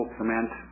cement